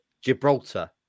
Gibraltar